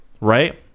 right